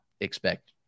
expect